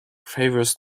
favours